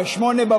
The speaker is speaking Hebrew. ב-07:00,